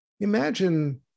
Imagine